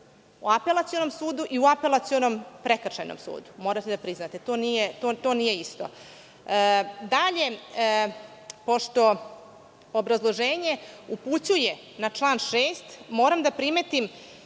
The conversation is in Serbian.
u apelacionom sudu i u apelacionom prekršajno sudu, morate da priznate, to nije isto. Dalje, pošto obrazloženje upućuje na član 6. moram da primetim